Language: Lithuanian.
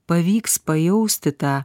pavyks pajausti tą